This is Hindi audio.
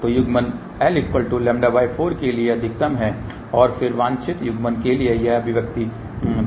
तो युग्मन lλ4 के लिए अधिकतम है और फिर वांछित युग्मन के लिए यह अभिव्यक्ति दिया गया है